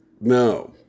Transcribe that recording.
No